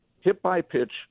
hit-by-pitch